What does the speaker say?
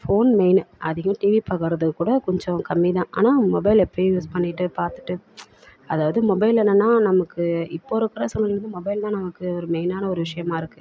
phone main அதிகம் TV பார்க்கறது கூட கொஞ்சம் கம்மி தான் ஆனால் மொபைல் எப்பயும் யூஸ் பண்ணிகிட்டு பார்த்துட்டு அதாவது மொபைல் என்னென்னா நமக்கு இப்போது இருக்கிற சூழ்நிலையில மொபைல் தான் நமக்கு ஒரு மெயினான ஒரு விஷயமா இருக்குது